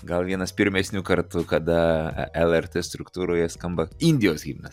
gal vienas pirmesnių kartų kada lrt struktūroje skamba indijos himnas